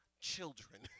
children